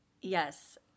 Yes